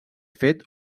fet